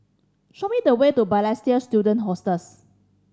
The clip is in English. show me the way to Balestier Student Hostels